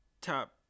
top